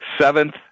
seventh